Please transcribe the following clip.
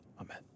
Amen